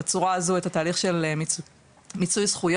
בצורה הזו את התהליך של מיצוי זכויות